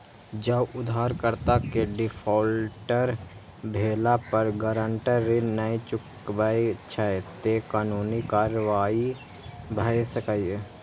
जौं उधारकर्ता के डिफॉल्टर भेला पर गारंटर ऋण नै चुकबै छै, ते कानूनी कार्रवाई भए सकैए